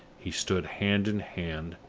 he stood hand in hand,